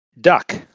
Duck